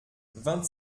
vingt